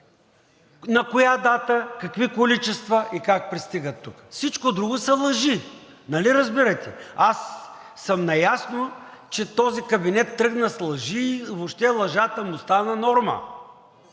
на коя дата, какви количества и как пристигат тук. Всичко друго са лъжи, нали разбирате? Аз съм наясно, че този кабинет тръгна с лъжи – въобще лъжата му стана норма,